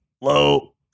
low